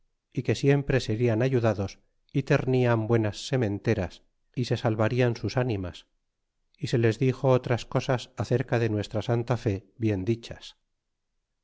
y que siemre serian ayudados y ternian buenas sementeras y se salvarian sus ánimas y se les dixo otras cosas acerca de nuestra santa fe bien dichas